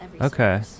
Okay